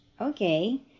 Okay